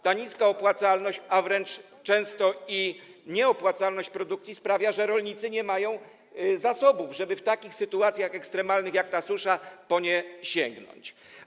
Ta niska opłacalność, a wręcz często i nieopłacalność produkcji sprawia, że rolnicy nie mają zasobów, żeby w takich sytuacjach ekstremalnych jak ta susza po nie sięgnąć.